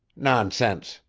nonsense!